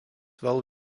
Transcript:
vėl